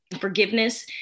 Forgiveness